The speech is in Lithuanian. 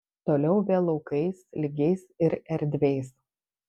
toliau vėl laukais lygiais ir erdviais